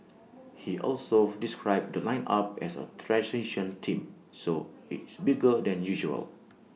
he also described the lineup as A transition team so it's bigger than usual